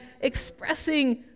expressing